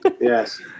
Yes